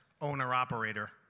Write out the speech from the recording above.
owner-operator